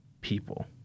people